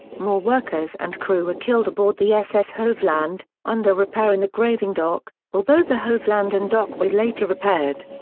more workers and crew were killed aboard the ss hovland, under repair in the graving dock, although the hovland and dock were later repaired.